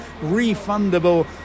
refundable